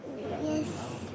Yes